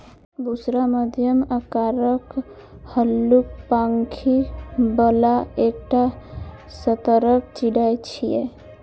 बुशरा मध्यम आकारक, हल्लुक पांखि बला एकटा सतर्क चिड़ै छियै